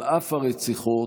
על אף הרציחות,